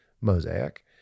mosaic